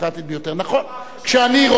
נכון, כשאני רוב, העליונות.